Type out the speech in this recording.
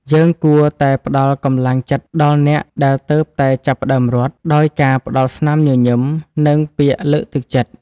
យើងគួរតែផ្ដល់កម្លាំងចិត្តដល់អ្នកដែលទើបតែចាប់ផ្ដើមរត់ ដោយការផ្ដល់ស្នាមញញឹម និងពាក្យលើកទឹកចិត្ត។